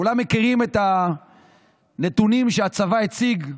כולם מכירים את הנתונים שהצבא הציג,